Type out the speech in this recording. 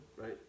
right